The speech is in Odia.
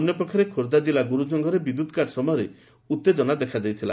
ଅନ୍ୟପକ୍ଷରେ ଖୋର୍ବ୍ବାକିଲ୍ଲା ଗୁରୁଜଙ୍ଗରେ ବିଦ୍ୟୁତ୍କାଟ ସମୟରେ ଉଉଜନା ଦେଖାଯାଇଥିଲା